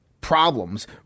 problems